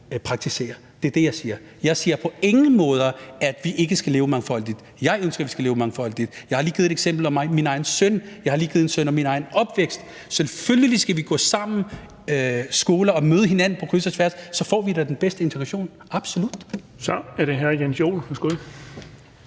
praktisere. Det er det, jeg siger. Jeg siger på ingen måder, at vi ikke skal leve mangfoldigt. Jeg ønsker, at vi skal leve mangfoldigt. Jeg har lige givet et eksempel med min egen søn og med min egen opvækst – selvfølgelig skal vi gå sammen i skolerne og møde hinanden på kryds og tværs, for så får vi da den bedste integration, absolut. Kl. 16:54 Den fg.